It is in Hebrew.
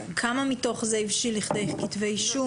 כמה מתוך זה הבשיל לכדי כתבי אישום,